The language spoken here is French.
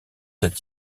cette